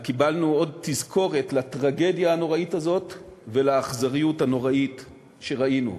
קיבלנו עוד תזכורת לטרגדיה הנוראית הזו ולאכזריות הנוראית שראינו.